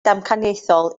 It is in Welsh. damcaniaethol